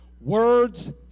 Words